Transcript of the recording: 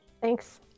Thanks